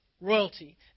royalty